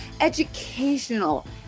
educational